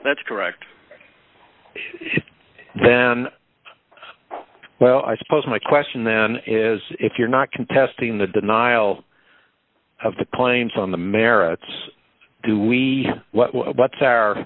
that's correct then well i suppose my question then is if you're not contesting the denial of the claims on the merits do we what's our what's our